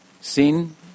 Sin